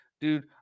dude